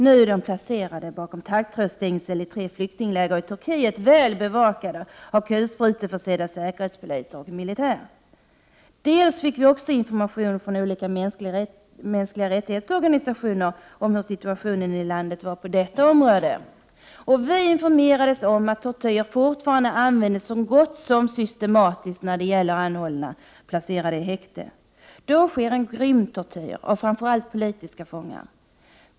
Nu är de placerade bakom taggtrådsstängsel i tre flyktingläger i Turkiet, väl bevakade av kulspruteförsedda säkerhetspoliser och militär. Dels fick vi också information från olika organisationer för mänskliga rättigheter om hur situationen i landet var på detta område. Vi informerades om att tortyr fortfarande används så gott som systematiskt när det gäller anhållna som är placerade i häkte. Då sker en grym tortyr av framför allt politiska fångar.